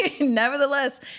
nevertheless